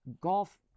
Golf